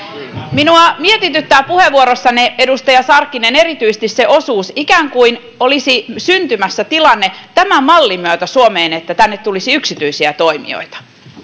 minua mietityttää puheenvuorossanne edustaja sarkkinen erityisesti se osuus että ikään kuin olisi syntymässä tämän mallin myötä suomeen tilanne että tänne tulisi yksityisiä toimijoita